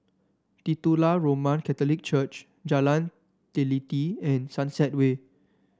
Titular Roman Catholic Church Jalan Teliti and Sunset Way